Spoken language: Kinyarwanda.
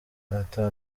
ata